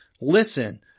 Listen